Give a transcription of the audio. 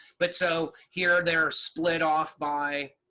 but so, here they're split off by